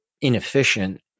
inefficient